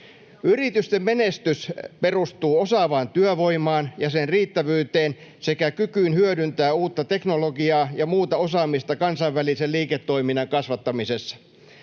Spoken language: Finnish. Yritysten menestys perustuu osaavaan työvoimaan ja sen riittävyyteen sekä kykyyn hyödyntää uutta teknologiaa ja muuta osaamista kansainvälisen liiketoiminnan kasvattamisessa.